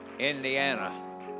Indiana